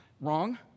Wrong